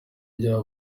rya